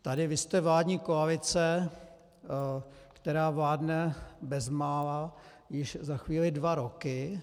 Tady vy jste vládní koalice, která vládne bezmála již za chvíli dva roky.